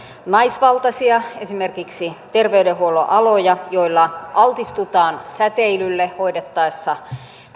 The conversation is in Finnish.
naisvaltaisia esimerkiksi terveydenhuollon aloja joilla altistutaan säteilylle hoidettaessa